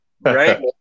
right